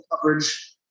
coverage